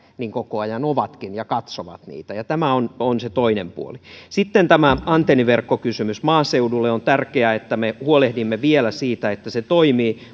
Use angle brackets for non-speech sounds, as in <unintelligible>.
koko ajan ovatkin ja katsovat niitä ja tämä on on se toinen puoli sitten tämä antenniverkkokysymys maaseudulle on tärkeää että me huolehdimme vielä siitä että se toimii <unintelligible>